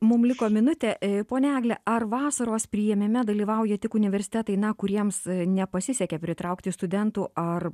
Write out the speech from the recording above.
mum liko minutė ė ponia egle ar vasaros priėmime dalyvauja tik universitetai na kuriems nepasisekė pritraukti studentų ar